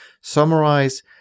summarize